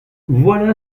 voilà